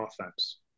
offense